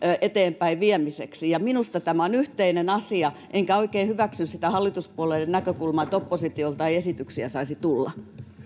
eteenpäin viemiseksi minusta tämä on yhteinen asia enkä oikein hyväksy sitä hallituspuolueiden näkökulmaa että oppositiolta ei esityksiä saisi tulla